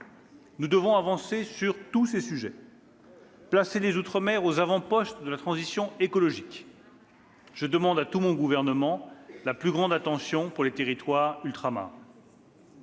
Nous devons avancer sur tous ces sujets et placer les outre-mer aux avant-postes de la transition écologique. Je demande à tous les membres de mon gouvernement la plus grande attention pour les territoires ultramarins.